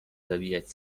zabijać